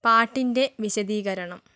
പാട്ടിൻ്റെ വിശദീകരണം